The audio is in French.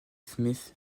smith